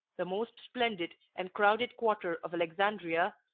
the most splendid and crowded quarter of alexandria,